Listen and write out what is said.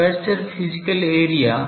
aperture physical area